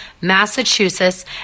Massachusetts